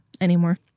anymore